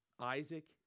Isaac